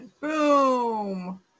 Boom